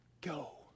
go